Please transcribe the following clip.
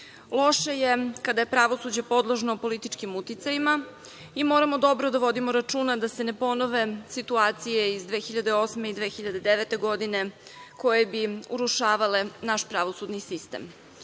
je kada je pravosuđe podložno političkim uticajima i moramo dobro da vodimo računa da se ne ponove situacije iz 2008. i 2009. godine, koje bi urušavale naš pravosudni sistem.Zašto